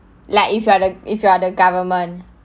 like if you are the if you are the government